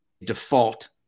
default